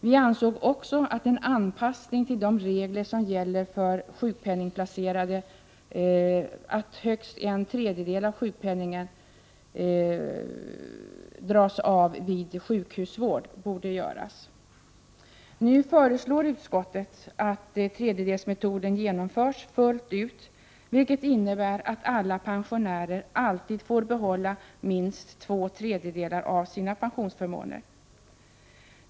Vi ansåg också att en anpassning borde göras till de regler som gäller för sjukpenningplacerade, nämligen att högst en tredjedel av sjukpenningen dras av vid sjukhusvård. Nu föreslår utskottet att tredjedelsmetoden genomförs fullt ut, vilket innebär att alla pensionärer alltid får behålla minst två tredjedelar av sina pensionsförmåner.